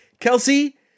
Kelsey